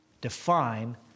Define